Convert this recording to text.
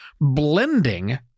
blending